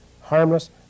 harmless